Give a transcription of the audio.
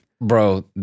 Bro